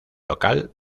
local